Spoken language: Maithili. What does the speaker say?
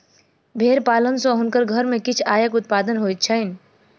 भेड़ पालन सॅ हुनकर घर में किछ आयक उत्पादन होइत छैन